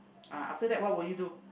uh after that what would you do